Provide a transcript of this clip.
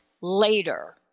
later